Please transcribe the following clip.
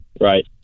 Right